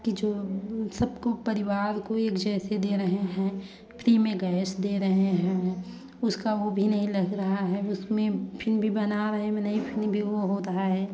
कि जो सबको परिवार को एक जैसे दे रहे हैं फ्री में गैस दे रहे हैं उसका वो भी नहीं लग रहा है उसमें फिर भी बना रहे में नहीं फिर भी वो हो रहा है